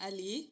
Ali